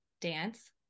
dance